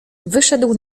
wyszedł